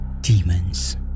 demons